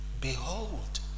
Behold